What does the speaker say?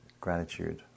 gratitude